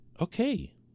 Okay